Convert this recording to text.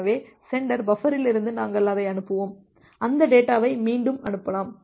எனவே சென்டர் பஃபரில் இருந்து நாங்கள் அதை அனுப்புவோம் அந்த டேட்டாவை மீண்டும் அனுப்பலாம்